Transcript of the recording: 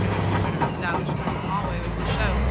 which we sort of establish in our small way with the show.